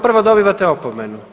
Prvo, dobivate opomenu.